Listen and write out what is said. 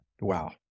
Wow